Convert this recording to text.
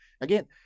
Again